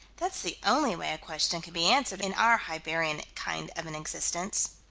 that's the only way a question can be answered in our hibernian kind of an existence.